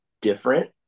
different